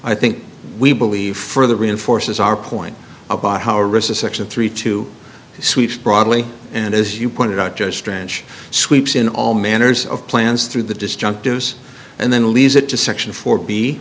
i think we believe further reinforces our point about how a recession three to switch broadly and as you pointed out just strange sweeps in all manners of plans through the disjunctive and then leaves it to section four b